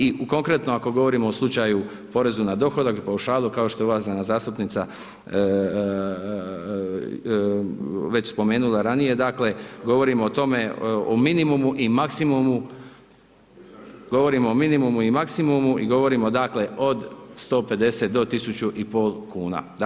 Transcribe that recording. I konkretno ako govorimo o slučaju porezu na dohodak, paušalu, kao što je uvažena zastupnica već spomenula ranije, dakle, govorimo o tome, o minimumu i maksimumu, govorimo o minimumu i maksimumu i govorimo, dakle, od 150 do 1.500,00 kn.